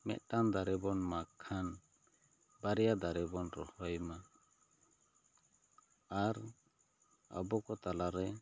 ᱢᱤᱫᱴᱟᱝ ᱫᱟᱨᱮ ᱵᱚᱱ ᱢᱟᱜ ᱠᱷᱟᱱ ᱵᱟᱨᱮᱭᱟ ᱫᱟᱨᱮ ᱵᱚᱱ ᱨᱚᱦᱚᱭ ᱢᱟ ᱟᱨ ᱟᱵᱚ ᱠᱚ ᱛᱟᱞᱟ ᱨᱮ